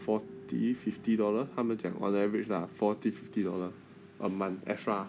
forty fifty dollar 他们讲 on an average lah forty fifty dollars a month extra